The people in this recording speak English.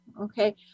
okay